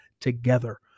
together